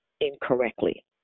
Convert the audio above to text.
incorrectly